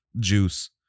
juice